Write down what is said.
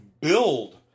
build